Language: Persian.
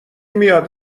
میاد